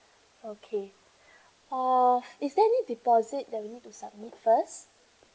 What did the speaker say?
okay of is there any deposit that we need to submit first